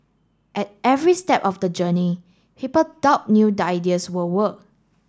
at every step of the journey people doubt new ideas will work